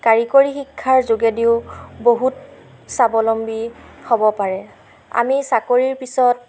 কাৰিকৰী শিক্ষাৰ যোগেদিও বহুত স্বাৱলম্বী হ'ব পাৰে আমি চাকৰিৰ পিছত